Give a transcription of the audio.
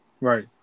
Right